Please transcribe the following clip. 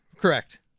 correct